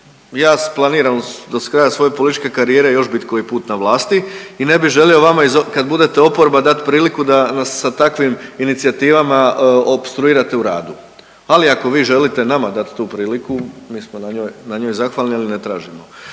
se planiram do kraja svoje političke karijere još bit koji put na vlasti i ne bih želio vama .../nerazumljivo/... kad budete oporba dati priliku da nas sa takvim inicijativama opstruirate u radu. Ali, ako vi želite nama dati tu priliku, mi smo na njoj zahvalni, ali ne tražimo.